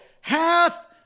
Hath